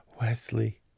Wesley